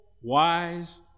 wise